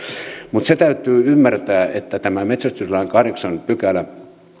mutta se täytyy ymmärtää että tämä metsästyslain kahdeksas pykälä